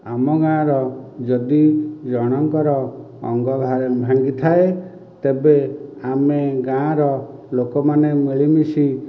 ଆମ ଗାଁର ଯଦି ଜଣଙ୍କର ଅଙ୍ଗ ଭାଙ୍ଗିଥାଏ ତେବେ ଆମେ ଗାଁର ଲୋକ ମାନେ ମିଳିମିଶି